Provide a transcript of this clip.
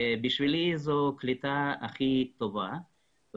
בשבילי זו קליטה הכי טובה.